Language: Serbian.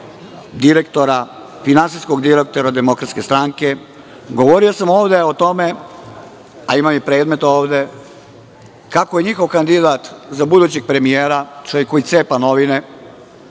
u korist finansijskog direktora DS. Govorio sam ovde o tome, a imam i predmet ovde, kako je njihov kandidat za budućeg premijera, čovek koji cepa novine,